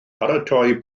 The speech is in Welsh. paratoi